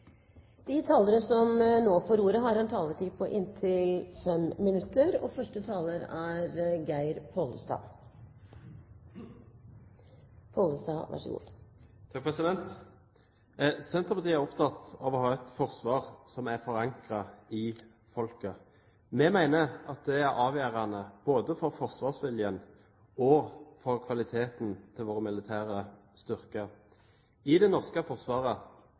Senterpartiet er opptatt av å ha et forsvar som er forankret i folket. Vi mener at det er avgjørende både for forsvarsviljen og for kvaliteten til våre militære styrker. I det norske forsvaret